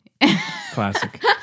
Classic